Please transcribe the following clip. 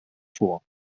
vor